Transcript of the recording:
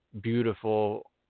beautiful